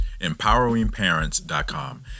Empoweringparents.com